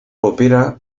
opera